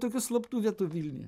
tokių slaptų vietų vilniuje